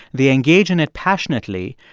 they engage in it passionately.